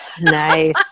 Nice